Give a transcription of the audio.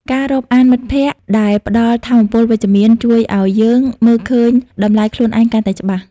ការរាប់អានមិត្តភក្តិដែលផ្តល់ថាមពលវិជ្ជមាន ជួយឱ្យយើងមើលឃើញតម្លៃខ្លួនឯងកាន់តែច្បាស់។